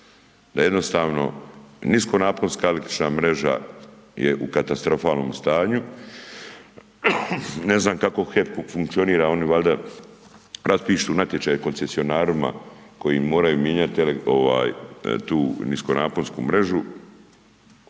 jednostavno niskonaponska električna mreža je u katastrofalnom stanju. Ne znam kako HEP-u funkcionira, oni valjda raspišu natječaj koncesionarima koji moraju mijenjati tu niskonaponsku mrežu